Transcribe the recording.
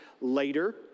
later